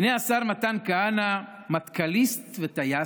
הינה השר מתן כהנא, מטכ"ליסט וטייס,